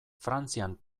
frantzian